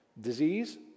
disease